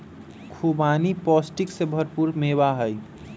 खुबानी पौष्टिक से भरपूर मेवा हई